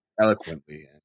eloquently